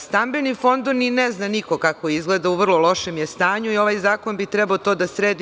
Stambeni fond ni ne zna niko kako izgleda, u vrlo lošem je stanju i ovaj zakon bi trebao to da sredi.